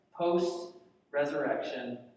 post-resurrection